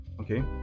okay